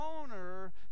owner